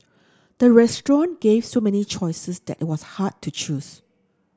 the restaurant gave so many choices that it was hard to choose